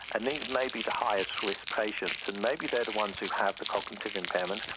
and these may be the highest risk patients and maybe they're the ones who have the cognitive impairment,